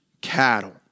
cattle